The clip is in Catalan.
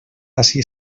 ací